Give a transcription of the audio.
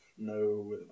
No